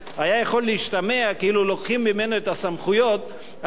היה יכול להשתמע כאילו לוקחים ממנו את הסמכויות על מנת